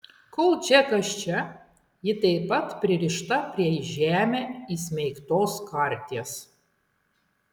kol džekas čia ji taip pat pririšta prie į žemę įsmeigtos karties